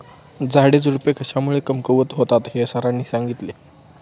झाडेझुडपे कशामुळे कमकुवत होतात हे सरांनी सांगितले